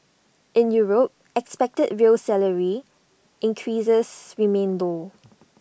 in Europe expected real salary increases remain low